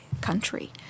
country